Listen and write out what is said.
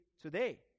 today